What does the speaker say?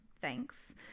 thanks